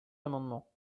amendements